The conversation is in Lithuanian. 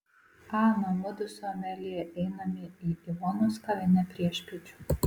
ana mudu su amelija einame į ivonos kavinę priešpiečių